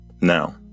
now